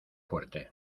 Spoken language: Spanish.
fuerte